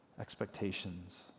expectations